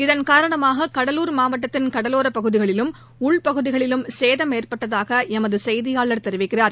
இதன் காரணமாக கடலூர் மாவட்டத்தின் கடலோரப் பகுதிகளிலும் உள்பகுதிகளிலும் சேதம் ஏற்பட்டதாக எமது செய்தியாளர் தெரிவிக்கிறார்